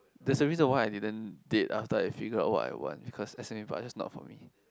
there's a reason why I didn't date after I figured out what I want because s_m_u people are just not for me